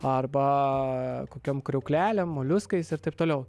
arba kokiom kriauklelėm moliuskais ir taip toliau